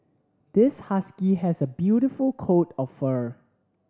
this husky has a beautiful coat of fur